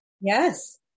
yes